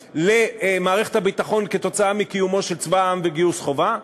למערכת הביטחון כתוצאה מקיומו של צבא העם בגיוס חובה,